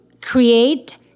create